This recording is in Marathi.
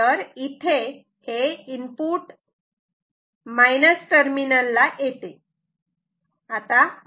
तर इथे हे इनपुट मायनस टर्मिनल ला येते